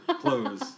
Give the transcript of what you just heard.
clothes